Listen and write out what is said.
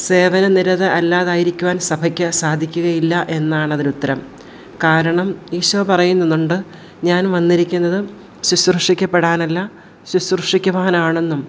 സേവന നിരത അല്ലാതായിരിക്കുവാൻ സഭയ്ക്ക് സാധിക്കുകയില്ല എന്നാണ് അതിനുത്തരം കാരണം ഈശോ പറയുന്നുണ്ട് ഞാൻ വന്നിരിക്കുന്നത് ശുശ്രൂഷിക്കപ്പെടാനല്ല ശുശ്രൂഷിക്കുവാനാണെന്നും